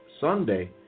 Sunday